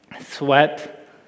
sweat